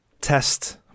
test